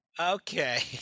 Okay